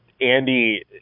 Andy